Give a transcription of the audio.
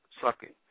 sucking